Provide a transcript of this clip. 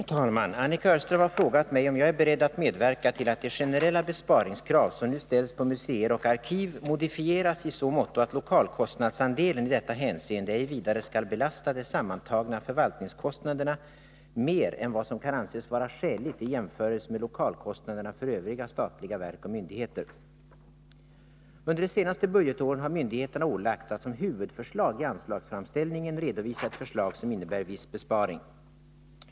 Herr talman! Annika Öhrström har frågat mig om jag är beredd att medverka till att de generella besparingskrav som nu ställs på museer och arkiv modifieras i så måtto att lokalkostnadsandelen i detta hänseende ej vidare skall belasta de sammantagna förvaltningskostnaderna mer än vad som kan anses vara skäligt i jämförelse med lokalkostnaderna för övriga statliga verk och myndigheter. Under de senaste budgetåren har myndigheterna ålagts att som huvudförslag i anslagsframställningen redovisa ett förslag som innebär viss besparing.